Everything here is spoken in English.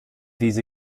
these